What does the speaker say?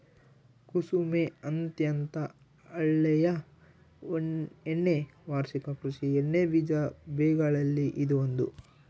ಕುಸುಮೆ ಅತ್ಯಂತ ಹಳೆಯ ಎಣ್ಣೆ ವಾರ್ಷಿಕ ಕೃಷಿ ಎಣ್ಣೆಬೀಜ ಬೆಗಳಲ್ಲಿ ಇದು ಒಂದು